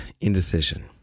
indecision